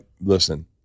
listen